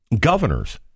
governors